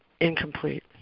incomplete